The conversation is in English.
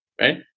right